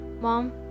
Mom